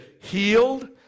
healed